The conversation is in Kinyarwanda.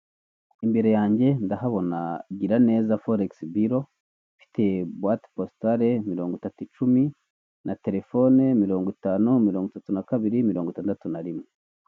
Imbere yanjye ndahabona giraneza folekisi biro ifite buwate positare mirongo itatu icumi na telefone mirongo itanu mirongo itatu na kabiri mirongo itandatu na rimwe.